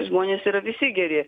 žmonės ir visi geri